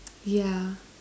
ya